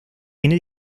tiene